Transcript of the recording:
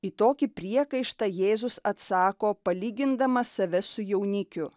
į tokį priekaištą jėzus atsako palygindamas save su jaunikiu